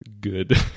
good